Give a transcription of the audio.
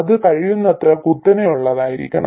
അത് കഴിയുന്നത്ര കുത്തനെയുള്ളതായിരിക്കണം